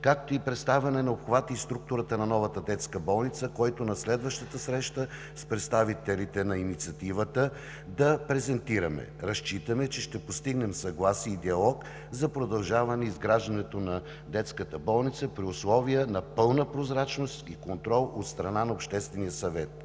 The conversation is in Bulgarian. както и представяне на обхвата и структурата на новата детска болница, който на следващата среща с представителите на Инициативата да презентираме. Разчитаме, че ще постигнем съгласие и диалог за продължаване изграждането на детската болница при условия на пълна прозрачност и контрол от страна на Обществения съвет.